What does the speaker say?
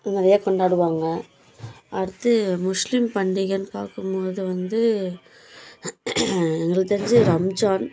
நிறைய கொண்டாடுவாங்க அடுத்து முஸ்லிம் பண்டிகைன்னு பார்க்கும் போது வந்து எங்களுக்கு தெரிஞ்சு ரம்ஜான்